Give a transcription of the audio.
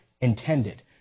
intended